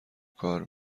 کار